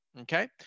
Okay